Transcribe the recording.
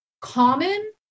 common